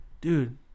dude